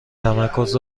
تمرکز